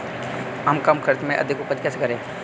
हम कम खर्च में अधिक उपज कैसे करें?